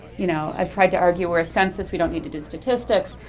you know. i've tried to argue, we're a census, we don't need to do statistics.